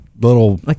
little